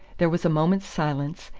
there was a moment's silence,